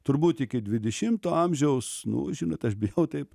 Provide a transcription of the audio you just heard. turbūt iki dvidešimto amžiaus nu žinot aš bijau taip